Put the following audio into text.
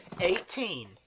Eighteen